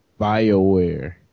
Bioware